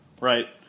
right